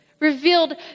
Revealed